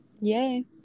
Yay